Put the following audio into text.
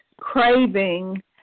craving